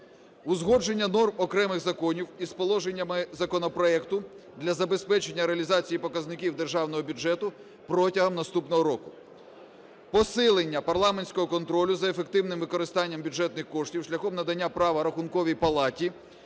узгодження норм окремих законів із положеннями законопроекту для забезпечення реалізації показників державного бюджету протягом наступного року; посилення парламентського контролю за ефективним використанням бюджетних коштів шляхом надання права Рахунковій палаті